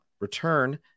return